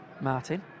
Martin